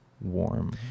warm